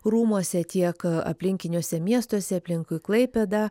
rūmuose tiek aplinkiniuose miestuose aplinkui klaipėdą